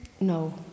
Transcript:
No